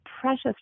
precious